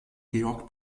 georg